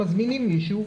כשמזמינים את כיבוי אש,